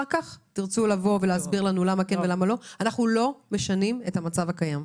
אנחנו לא משנים את המצב הקיים.